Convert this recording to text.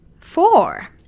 four